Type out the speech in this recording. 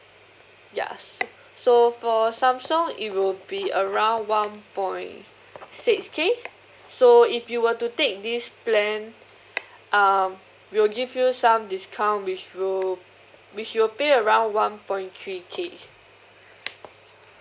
ya so for Samsung it will be around one point six K so if you were to take this plan um we'll give you some discount which you'll which you'll pay around one point three K